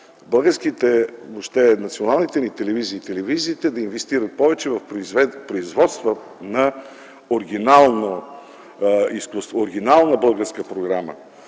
българските и въобще националните ни телевизии и телевизиите да инвестират повече в производства на оригинална българска програма.